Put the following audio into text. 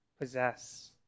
possess